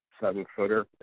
seven-footer